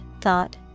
thought